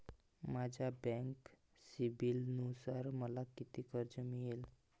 माझ्या बँक सिबिलनुसार मला किती कर्ज मिळेल?